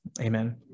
Amen